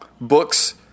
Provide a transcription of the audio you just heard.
Books